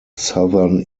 southern